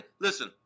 listen